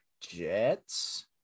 Jets